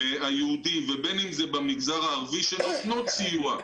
היהודי ובין אם זה במגזר הערבי, שנותנות סיוע,